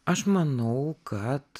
aš manau kad